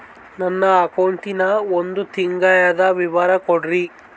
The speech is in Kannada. ನನ್ನ ಅಕೌಂಟಿನ ಒಂದು ತಿಂಗಳದ ವಿವರ ಕೊಡ್ರಿ?